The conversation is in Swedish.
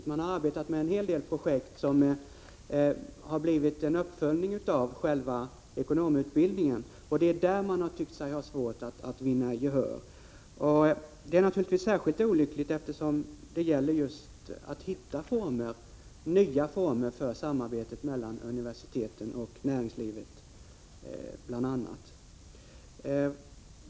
Man har arbetat med en hel del projekt som har blivit en uppföljning av själva ekonomutbildningen, och det är i det avseendet man tycker sig ha svårt att vinna gehör. Detta är naturligtvis särskilt olyckligt eftersom det bl.a. gäller att hitta nya former för samarbetet mellan universiteten och näringslivet.